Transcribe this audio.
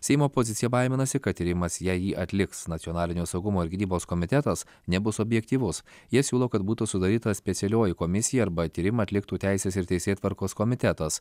seimo opozicija baiminasi kad tyrimas jei jį atliks nacionalinio saugumo ir gynybos komitetas nebus objektyvus jie siūlo kad būtų sudaryta specialioji komisija arba tyrimą atliktų teisės ir teisėtvarkos komitetas